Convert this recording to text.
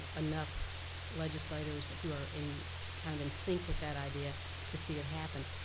enough legislators who are in kind of in sync with that idea to see it happen,